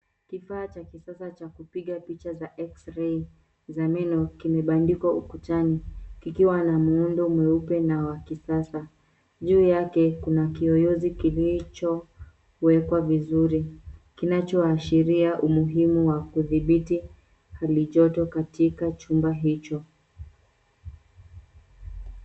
Kifaa cha kisasa cha kupiga picha za x-ray za meno kimebandikwa ukutani kikiwa ana muundo mweupe na wa kisasa. Juu yake kuna kiyoyozi kilichowekwa vizuri kinachoashiria umuhimu wa kudhibiti hali joto katika chumba hicho.